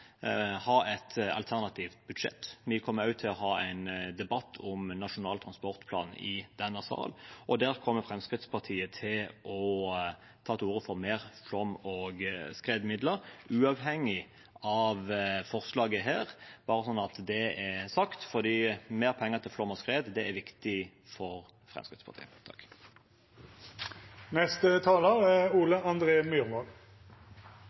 ha et alternativt budsjett. Vi kommer også til å ha en debatt om Nasjonal transportplan i denne sal. Der kommer Fremskrittspartiet til å ta til orde for mer flom- og skredmidler, uavhengig av forslaget her – bare så det er sagt – fordi mer penger til flom- og skredsikring er viktig for Fremskrittspartiet. For å begynne med det viktigste: Det er